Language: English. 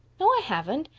no, i haven't.